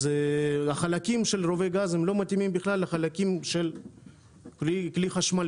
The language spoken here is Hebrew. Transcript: אז החלקים של רובי גז הם לא מתאימים בכלל לחלקים של כלי חשמלי.